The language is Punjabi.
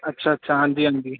ਅੱਛਾ ਅੱਛਾ ਹਾਂਜੀ ਹਾਂਜੀ